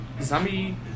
Zombie